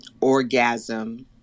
orgasm